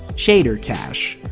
shader cache,